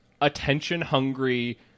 attention-hungry